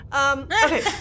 Okay